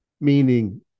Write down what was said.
meaning